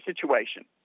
situation